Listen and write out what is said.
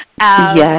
Yes